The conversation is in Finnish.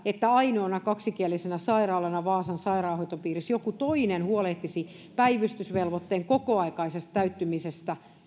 että ainoana kaksikielisenä sairaalana vaasan sairaanhoitopiirin sijaan joku toinen huolehtisi päivystysvelvoitteen kokoaikaisesta täyttymisestä